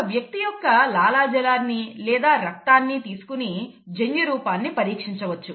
ఒక వ్యక్తి యొక్క లాలాజలాన్నిలేదా రక్తాన్ని తీసుకొని జన్యు రూపాన్ని పరీక్షించవచ్చు